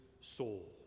soul